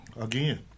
Again